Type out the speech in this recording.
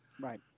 right